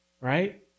right